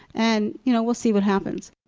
and, you know, we'll see what happens.